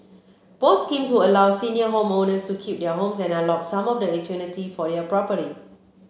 both schemes would allow senior homeowners to keep their homes and unlock some of the intuitive for their property